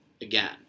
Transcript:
Again